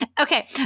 Okay